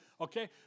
okay